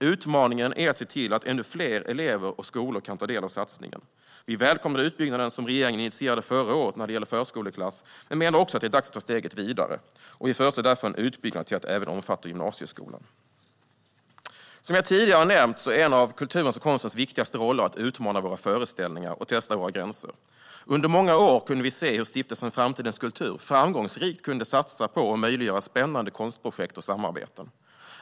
Utmaningen är att se till att ännu fler elever och skolor kan ta del av satsningen. Vi välkomnade den utbyggnad som regeringen initierade förra året för förskoleklass, men menar också att det är dags att ta steget vidare. Vi föreslår därför en utbyggnad så att även gymnasieskolan omfattas. Som jag tidigare har nämnt är en av kulturens och konstens viktigaste roller att utmana våra föreställningar och testa våra gränser. Under många år kunde vi se Stiftelsen framtidens kultur framgångsrikt satsa på och möjliggöra spännande konstprojekt och samarbeten.